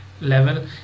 level